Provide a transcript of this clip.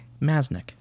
Masnik